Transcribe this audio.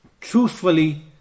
truthfully